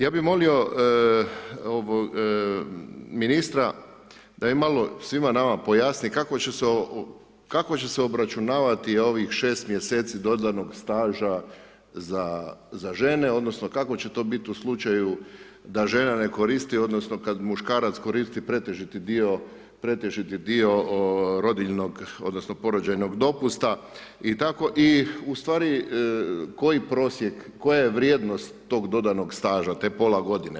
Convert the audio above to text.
Ja bi molio ministra da svima nama pojasni kako će se obračunavati ovih 6 mjeseci dodanog staža za žene odnosno kako će to biti u slučaju da žena ne koristi odnosno kad muškarac koristi pretežiti dio rodiljnog odnosno porođajnog dopusta i tako, i u stvari koji prosjek, koja je vrijednost tog dodanog staža, te pola godine?